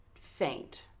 Faint